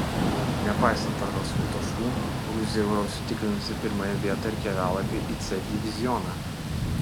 nepaisant prarastų taškų gruzija jau yra užsitikrinusi pirmąją vietą ir kelialapį į c divizioną